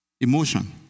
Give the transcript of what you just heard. Emotion